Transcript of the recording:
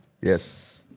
Yes